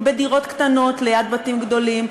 בדירות קטנות ליד בתים גדולים,